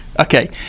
Okay